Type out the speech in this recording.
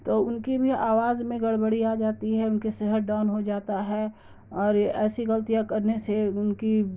تو ان کی بھی آواز میں گڑبڑی آ جاتی ہے ان کے صحت ڈاؤن ہو جاتا ہے اور ایسی غلطیاں کرنے سے ان کی